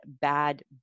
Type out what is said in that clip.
bad